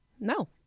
No